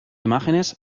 imágenes